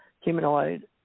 humanoid